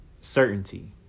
certainty